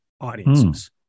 audiences